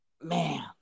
man